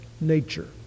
nature